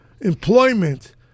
employment